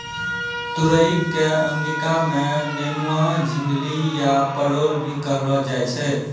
तुरई कॅ अंगिका मॅ नेनुआ, झिंगली या परोल भी कहलो जाय छै